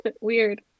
Weird